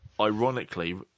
ironically